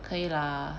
可以啦